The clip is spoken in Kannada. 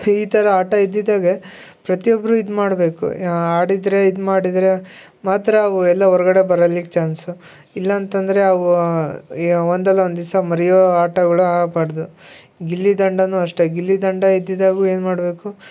ಈ ಥರ ಆಟ ಇದ್ದಿದ್ದಾಗೆ ಪ್ರತಿಯೊಬ್ಬರು ಇದು ಮಾಡಬೇಕು ಆಡಿದರೆ ಇದು ಮಾಡಿದರೆ ಮಾತ್ರ ಅವು ಎಲ್ಲಾ ಹೊರ್ಗಡೆ ಬರಲಿಕ್ಕೆ ಚಾನ್ಸು ಇಲ್ಲ ಅಂತಂದರೆ ಅವು ಯೆ ಒಂದಲ್ಲ ಒಂದು ದಿವ್ಸ ಮರಿಯೋ ಆಟಗಳು ಆಗ್ಬಾರ್ದು ಗಿಲ್ಲಿ ದಂಡಾನೂ ಅಷ್ಟೇ ಗಿಲ್ಲಿ ದಂಡ ಇದ್ದಿದ್ದಾಗೂ ಏನ್ಮಾಡಬೇಕು